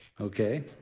Okay